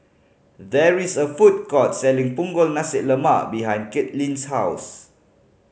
there is a food court selling Punggol Nasi Lemak behind Kaitlynn's house